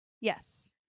yes